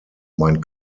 mein